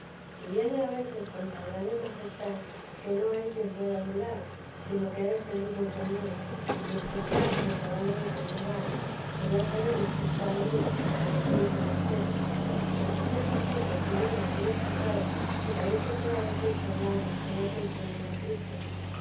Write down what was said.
y viene a veces con tan grande majestad que no hay quien pueda dudar sino que es el mesmo señor en especial en acabando de comulgar que ya sabemos que está allí que nos lo dice la fe represéntase tan señor de aquella posada que parece toda deshecha el alma se ve consumir en cristo